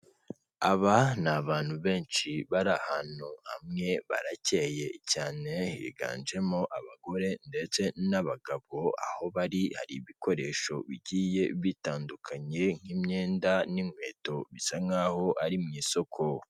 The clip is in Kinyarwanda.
Aba ni abantu benshi bari ahantu hamwe, baracyeye cyane, higanjemo abagore ndetse n'abagabo, aho bari hari ibikoresho bigiye bitandukanye nk'imyenda n'inkweto bisa nk'aho ari mu isoko.